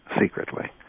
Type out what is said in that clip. secretly